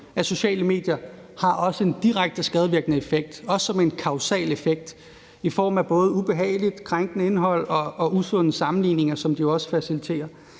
at sociale medier også har en direkte skadevirkende effekt, også som en kausal effekt i form af både ubehagelig krænkende indhold og usunde sammenligninger, som de jo også faciliterer,